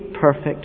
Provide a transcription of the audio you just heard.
perfect